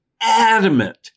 adamant